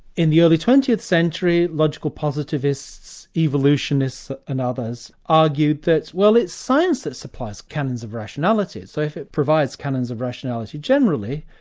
in the early twentieth century logical positivists, evolutionists and others, argued that, well it's science that supplies canons of rationality, so if it provides canons of rationality generally,